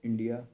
India